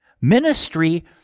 ministry